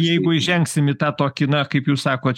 jeigu įžengsim į tą tokį na kaip jūs sakot